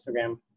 Instagram